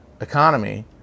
economy